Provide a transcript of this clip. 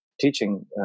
teaching